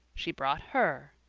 she brought her.